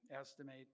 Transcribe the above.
estimate